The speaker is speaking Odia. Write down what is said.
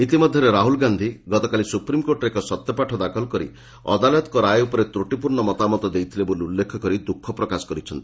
ଇତିମଧ୍ୟରେ ରାହୁଲ ଗାନ୍ଧୀ ଗତକାଲି ସୁପ୍ରିମକୋର୍ଟରେ ଏକ ସତ୍ୟପାଠ ଦାଖଲ କରି ଅଦାଲତଙ୍କ ରାୟ ଉପରେ ତ୍ରୁଟିପୂର୍ଣ୍ଣ ମତାମତ ଦେଇଥିଲେ ବୋଲି ଉଲ୍ଲେଖ କରି ଦୁଃଖ ପ୍ରକାଶ କରିଛନ୍ତି